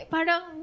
Parang